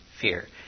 fear